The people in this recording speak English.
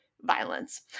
violence